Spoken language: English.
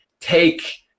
take